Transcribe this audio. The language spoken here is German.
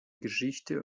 geschichte